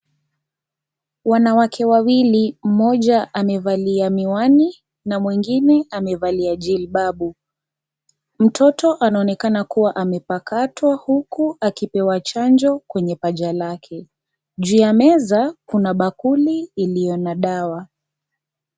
Wanawake wawili, mmoja amevalia miwani na mwingine amevalia jilbabu. Mtoto anaonekana kuwa amepakatwa huku akipewa chanjo kwenye paja lake. Juu ya meza kuna bakuli iliyo na dawa.